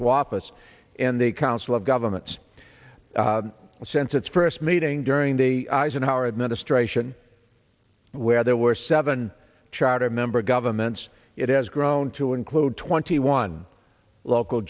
in the council of governments since its first meeting during the eisenhower administration where there were seven charter member governments it has grown to include twenty one local